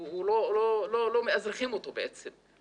לא מאזרחים אותו בעצם.